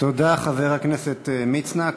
תודה, חבר הכנסת מצנע.